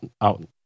out